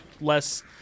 less